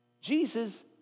Jesus